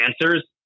answers